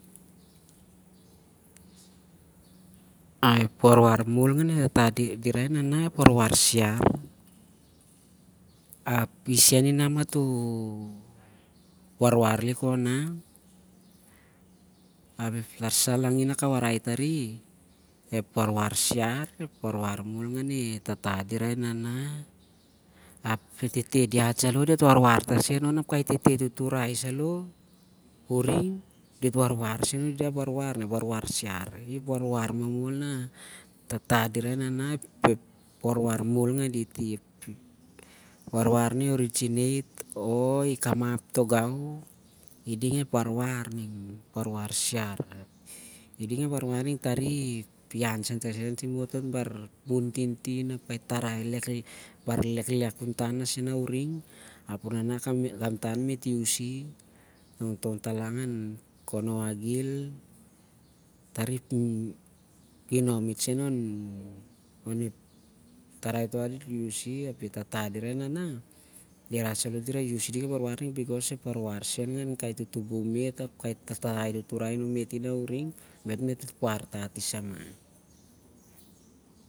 Ah- ep warwar mol ngane e tata dirau e nana ep warwar siar. Apisen inah matoh warwar lik khon nah, ap larsa langin nah ka warai tari, ep warwar siar ep warwar ngane tata dirau e nana ap ngane tete diat saloh uring ep tarai tuturai senaloh dit warwar sen oni- ding ep warwar ning. Ep warwar na kai tutubum meit dit warwar turai tar sen on. Ginom in- met tong an konoagil, ep warwar